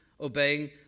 obeying